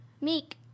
Meek